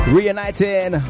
Reuniting